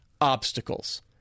obstacles